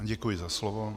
Děkuji za slovo.